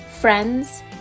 Friends